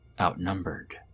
outnumbered